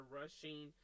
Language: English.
rushing